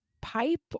pipe